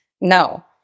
No